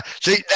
See